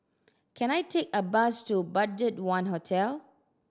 can I take a bus to BudgetOne Hotel